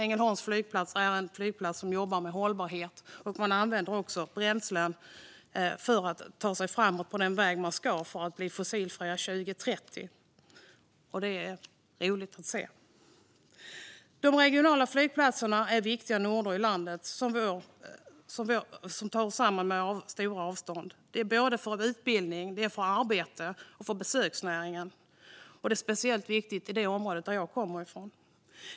Ängelholm Helsingborg flygplats jobbar med hållbarhet och använder bränslen för att ta sig framåt på den väg man ska gå för att bli fossilfri 2030. Det är roligt att se. De regionala flygplatserna är viktiga noder i ett land med stora avstånd som vårt. De är viktiga för utbildning och jobb och för besöksnäringen. Detta är särskilt viktigt i det område jag kommer från.